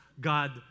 God